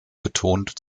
betont